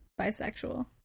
bisexual